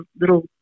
little